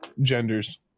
genders